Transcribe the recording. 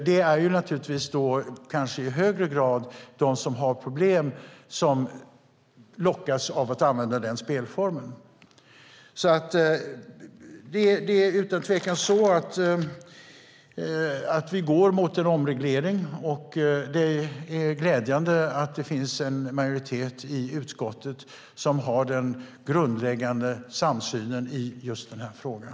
Det är kanske i högre grad de som har problem som lockas av att använda den spelformen. Det är utan tvekan så att vi går mot en omreglering. Det är glädjande att det finns en majoritet i utskottet som har den grundläggande samsynen i just den här frågan.